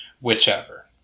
whichever